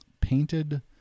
painted